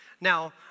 Now